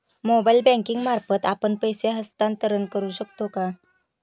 Mobile banking मार्फत आपण पैसे हस्तांतरण करू शकतो का?